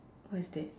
what is that